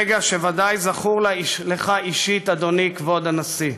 רגע שוודאי זכור לך אישית, אדוני כבוד הנשיא,